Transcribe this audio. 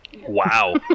Wow